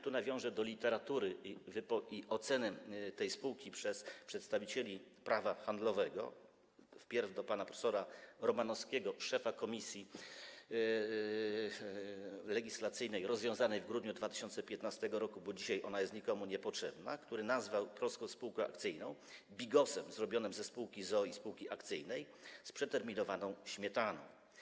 Tu nawiążę do literatury i oceny tej spółki przez przedstawicieli prawa handlowego, wpierw do pana prof. Romanowskiego - szefa komisji legislacyjnej rozwiązanej w grudniu 2015 r., bo dzisiaj ona jest nikomu niepotrzebna - który nazwał prostą spółkę akcyjną bigosem zrobionym ze spółki z o.o. i spółki akcyjnej z przeterminowaną śmietaną.